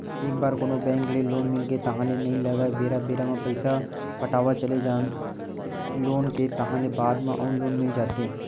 एक बार कोनो बेंक ले लोन मिलगे ताहले नइ लगय बेरा बेरा म पइसा पटावत चले जा लोन के ताहले बाद म अउ लोन मिल जाथे